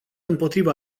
împotriva